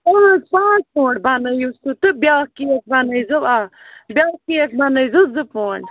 پانٛژھ پانٛژھ پونٛڈ بَنٲوِو سُہ تہٕ بیٛاکھ کیک بَنٲوزیٚو آ بیٛاکھ کیک بَنٲوزیٚو زٕ پونٛڈ